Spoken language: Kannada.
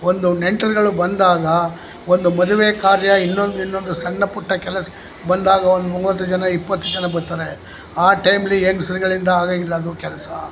ಒಂದು ನೆಂಟ್ರುಗಳು ಬಂದಾಗ ಒಂದು ಮದುವೆ ಕಾರ್ಯ ಇನ್ನೊಂದು ಇನ್ನೊಂದು ಸಣ್ಣಪುಟ್ಟ ಕೆಲಸ ಬಂದಾಗ ಒಂದು ಮೂವತ್ತು ಜನ ಇಪ್ಪತ್ತು ಜನ ಬತ್ತಾರೆ ಆ ಟೈಮಲ್ಲಿ ಹೆಂಗಸ್ರುಗಳಿಂದ ಆಗೋದಿಲ್ಲ ಅದು ಕೆಲಸ